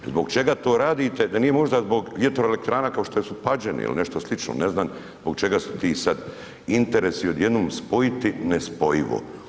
Zbog čega to radite, da nije možda zbog vjetroelektrana kao što su ... ili nešto slično, ne znam zbog čega su ti sad interesi odjednom spojiti nespojivo.